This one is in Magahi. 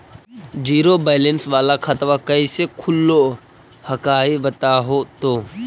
जीरो बैलेंस वाला खतवा कैसे खुलो हकाई बताहो तो?